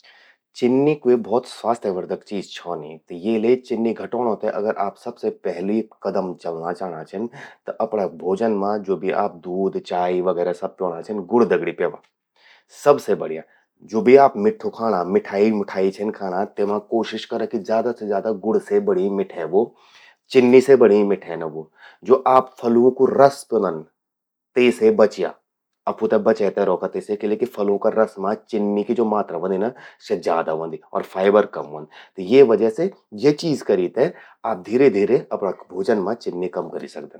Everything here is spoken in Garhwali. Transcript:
चिन्नि क्वो भौत स्वास्थ्यवर्धक चीज छौ नी। ये ले चिन्नी घटौंणों ते अगर आप पहली कदम चलणां चाणां छिन, त अपणा भोजन मां, ज्वो भी दूध-चाय वगैरह आप प्यौंणा छिन, गुड़ दगड़ि प्यावा। सबसे बढ़िया। ज्वो भी आप मिठ्ठु खाणां, मिठाई-मुठाई छिन खाणां त कोशिश करा कि ज्यादा से ज्यादा गुड़ से बण्यीं मिठै ह्वो। चिन्नी से बण्यीं मिठै ना ह्वो। ज्वो आप फलूं कु रस प्योंदन, तेसे बच्या, फू ते बचे ते रौखा ते से किले कि फलों का रस मां चिन्नि की ज्वो मात्रा ह्वोंदि ना, स्या ज्यादा ह्वंदि अर फाइबर कम ह्वंद। ये वजह से या चीज करी ते आप धीरे-धीरे अपणा भोजन मां चिन्नि कम करी सकदन।